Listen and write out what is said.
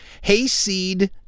hayseed